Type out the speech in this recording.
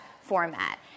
format